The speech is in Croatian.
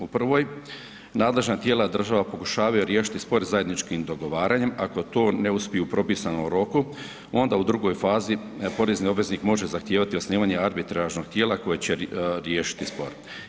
U prvoj, nadležna tijela država pokušavaju riješiti spor zajedničkim dogovaranje, ako to ne uspiju u propisanom roku, onda u drugoj fazi porezni obveznik može zahtijevati osnivanje arbitražnog tijela koje će riješiti spor.